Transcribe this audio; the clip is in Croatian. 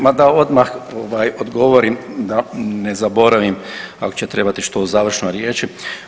Ma da odmah ovaj odgovorim da ne zaboravim ako će trebati što u završnoj riječi.